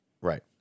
Right